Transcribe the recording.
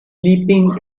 sleeping